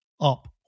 up